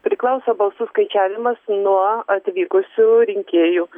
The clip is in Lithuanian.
priklauso balsų skaičiavimas nuo atvykusių rinkėjų